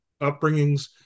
upbringings